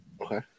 Okay